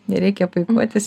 nereikia puikuotis